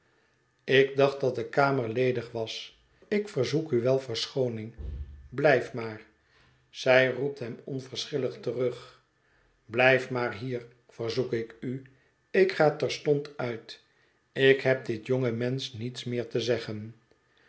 ik dacht dat de kamer ledig was ik verzoek u wel verschooning blijf maar zij roept hem onverschillig terug blijf maar hier verzoek ik u ik ga terstond uit ik heb dit jonge mensch niets meer te zeggen